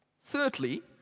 Thirdly